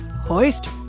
Hoist